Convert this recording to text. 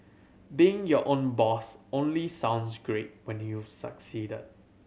being your own boss only sounds great when you've succeeded